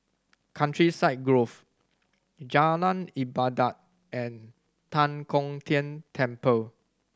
Countryside Grove Jalan Ibadat and Tan Kong Tian Temple